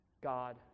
God